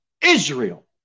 Israel